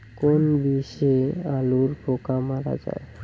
কোন বিষে আলুর পোকা মারা যায়?